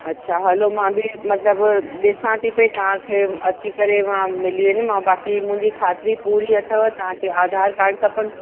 अछा हलो मां बि मतिलबु ॾिसां थी पई तव्हांखे अची करे मां मिली वेंदीमांव बाक़ी मुंहिंजी खातिरी पूरी अथव तव्हांखे आधार कार्ड खपनि